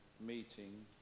meeting